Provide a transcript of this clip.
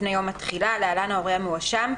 לפני יום התחילה (להלן ההורה המואשם),